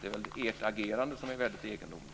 Det är väl ert agerande som väldigt egendomligt.